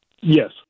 Yes